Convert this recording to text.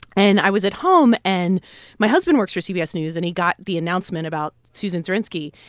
and i was at home. and my husband works for cbs news and he got the announcement about susan zirinsky.